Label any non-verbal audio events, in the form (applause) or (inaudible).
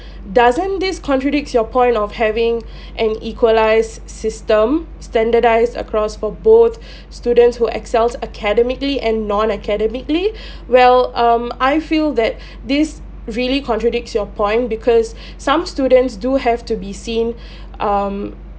doesn't this contradicts your point of having (breath) an equalised system standardised across for both (breath) students who excels academically and non academically (breath) well um I feel that (breath) this really contradicts your point because (breath) some students do have to be seen (breath) um